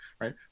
right